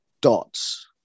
dots